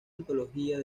antología